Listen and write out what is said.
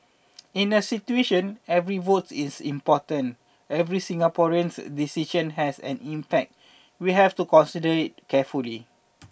in a situation every vote is important every Singaporean's decision has an impact we have to consider it carefully